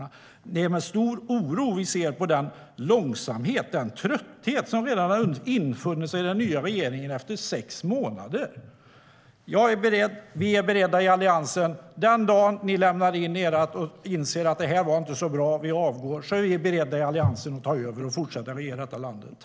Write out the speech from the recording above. Vi ser med stor oro på den långsamhet, den trötthet, som har infunnit sig i den nya regeringen redan efter sex månader. Den dagen ni inser att det här inte går särskilt bra och avgår är vi i Alliansen beredda att ta över och regera landet.